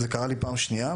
זה קרה לי פעם שנייה.